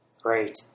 Great